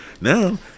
now